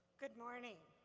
good morning.